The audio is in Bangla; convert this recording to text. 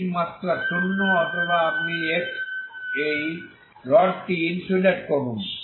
হিট মাত্রা শূন্য অথবা আপনি এই x এ এই রডটি ইন্সুলেট করুন